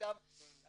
איתם בשיתוף פעולה.